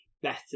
better